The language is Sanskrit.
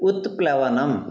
उत्प्लवनम्